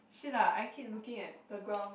shit ah I keep looking at the ground